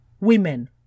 women